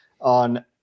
on